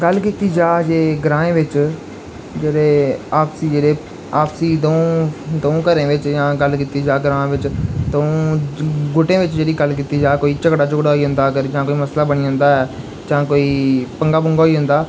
गल्ल कीती जा जे ग्राएं बिच्च जेह्ड़े आपसी जेह्ड़े आपसी द'ऊं घरें बिच्च जां गल्ल कीती जा ग्रांऽ बिच्च द'ऊं गुटें बिच्च जेह्ड़ी गल्ल कीती जा कोई झगड़ा झुगड़ा होई जंदा कोई मसला बनी जंदा ऐ जां कोई पंगा पुंगा होई जंदा